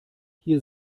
hier